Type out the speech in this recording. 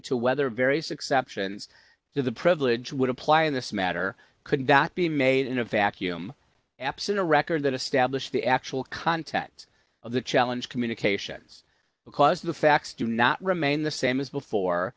to whether various exceptions to the privilege would apply in this matter could not be made in a vacuum absent a record that established the actual contents of the challenge communications because the facts do not remain the same as before